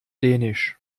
dänisch